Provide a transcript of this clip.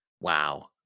Wow